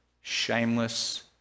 shameless